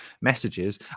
messages